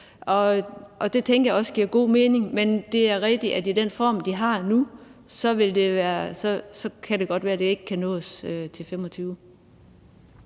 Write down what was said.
Det tænker jeg også giver god mening. Men det er rigtigt, at i den form, de har nu, kan det godt være, det ikke kan nås inden 2025.